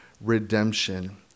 redemption